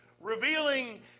revealing